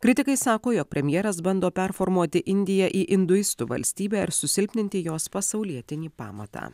kritikai sako jog premjeras bando performuoti indiją į induistų valstybę ir susilpninti jos pasaulietinį pamatą